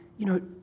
you know,